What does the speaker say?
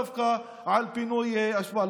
דווקא פינוי אשפה.